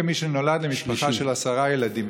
כמי שנולד למשפחה של 10 ילדים,